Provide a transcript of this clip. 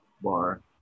bar